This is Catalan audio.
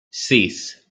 sis